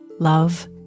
love